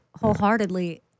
wholeheartedly